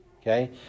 Okay